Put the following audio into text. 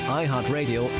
iHeartRadio